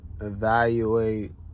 Evaluate